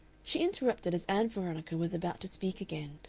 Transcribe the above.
she interrupted as ann veronica was about to speak again,